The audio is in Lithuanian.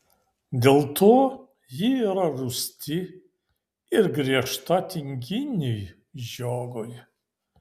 dėl to ji yra rūsti ir griežta tinginiui žiogui